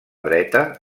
dreta